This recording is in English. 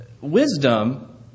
Wisdom